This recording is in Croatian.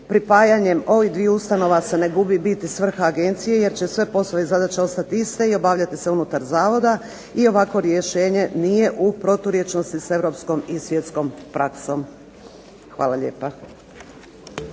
Pripajanjem ovih dviju ustanova se ne gubi bit i svrha agencija, jer će svi poslovi i zadaće ostati iste i obavljati se unutar Zavoda i ovakvo rješenje nije u proturječnosti s Europskom i svjetskom praksom. Hvala lijepa.